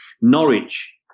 Norwich